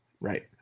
Right